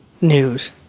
news